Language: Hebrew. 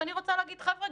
ואני רוצה להגיד: חבר'ה,